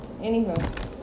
Anywho